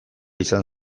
izan